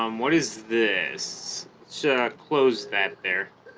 um what is this so close that there